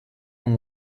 and